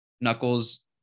Knuckles